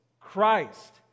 Christ